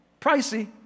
Pricey